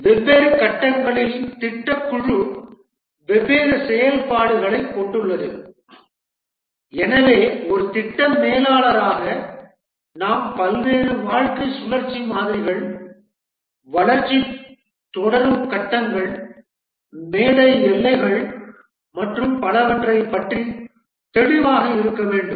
வெவ்வேறு கட்டங்களில் திட்டக் குழு வெவ்வேறு செயல்பாடுகளைக் கொண்டுள்ளது எனவே ஒரு திட்ட மேலாளராக நாம் பல்வேறு வாழ்க்கைச் சுழற்சி மாதிரிகள் வளர்ச்சி தொடரும் கட்டங்கள் மேடை எல்லைகள் மற்றும் பலவற்றைப் பற்றி தெளிவாக இருக்க வேண்டும்